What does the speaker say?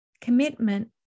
Commitment